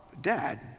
dad